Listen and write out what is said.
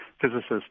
physicists